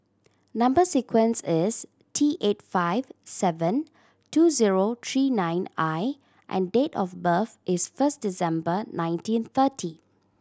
number sequence is T eight five seven two zero three nine I and date of birth is first December nineteen thirty